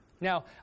Now